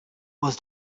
was